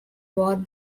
both